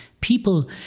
people